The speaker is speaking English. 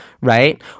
right